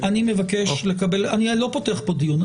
אני לא פותח כאן דיון.